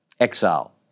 exile